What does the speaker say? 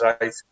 right